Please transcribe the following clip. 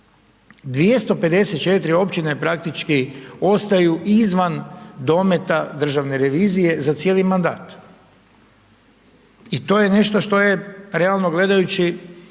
254 općine praktički ostaju izvan dometa državne revizije za cijeli mandat. I to je nešto što je realno gledajući